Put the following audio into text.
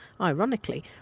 Ironically